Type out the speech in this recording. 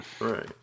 Right